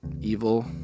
evil